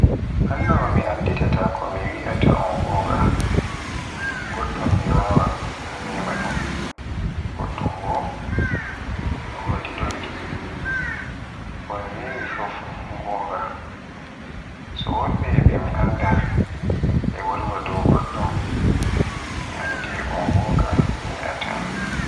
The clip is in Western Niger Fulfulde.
Non no mi annditata ko mi yi'ata un gonga, goddum mi wawan mi mema dum, goddum bo e wodi doydi. Ko mi memi fuf un gonga. So wobbe be mi anndi e wolwa dow goddum mi anndi un gonga mi yi'ata